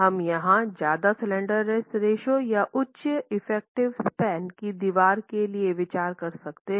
हम यहाँ ज़्यादा स्लैंडरनेस रेश्यो या उच्च इफेक्टिव स्पैन की दीवार के लिए विचार कर सकते हैं